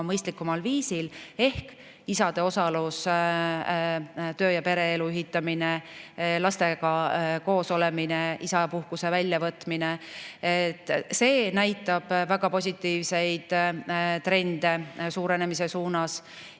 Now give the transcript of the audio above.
mõistlikumal viisil – isade osalus, töö ja pereelu ühitamine, lastega koosolemine, isapuhkuse väljavõtmine –, et see näitab väga positiivseid trende suurenemise suunas.